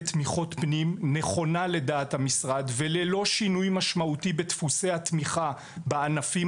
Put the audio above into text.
תמיכות פנים נכונה לדעת המשרד וללא שינוי משמעותי בדפוסי התמיכה בענפים